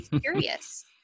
curious